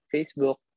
Facebook